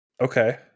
Okay